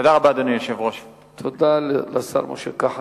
תודה לשר משה כחלון.